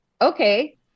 okay